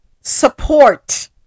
support